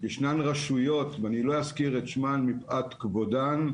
ישנן רשויות, ואני לא אזכיר את שמן מפאת כבודן,